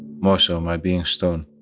more so my being stone